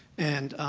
and